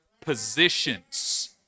positions